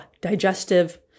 digestive